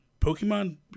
Pokemon